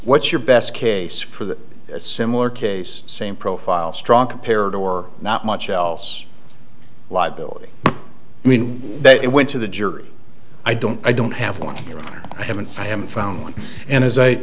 what's your best case for the similar case same profile strong compared or not much else like billy i mean they went to the jury i don't i don't have one i haven't i haven't found one and as i